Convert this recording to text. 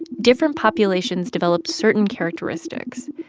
different populations develop certain characteristics.